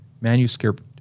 manuscript